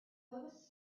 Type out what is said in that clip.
was